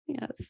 Yes